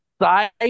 Side